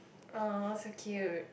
!aww! so cute